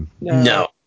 no